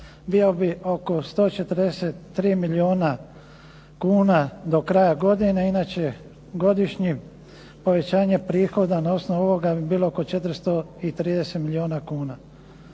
bio bi oko 143 milijuna kuna do kraja godine. Inače, godišnje povećanje prihoda na osnovu ovoga bi bilo oko 430 milijuna kuna.